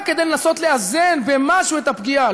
רק כדי לנסות לאזן במשהו את הפגיעה.